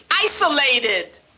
isolated